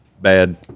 bad